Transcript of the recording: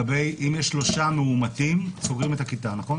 ואם יש 3 מאומתים, סוגרים את הכיתה, נכון?